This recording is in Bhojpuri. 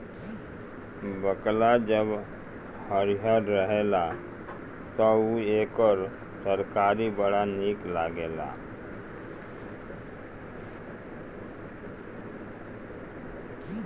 बकला जब हरिहर रहेला तअ एकर तरकारी बड़ा निक लागेला